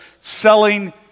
selling